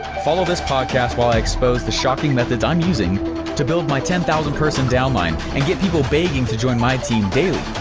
follow this podcast while i expose the shocking methods i'm using to build my ten thousand persons dowline, and get people begging to join my team daily.